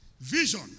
Vision